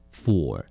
four